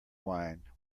wine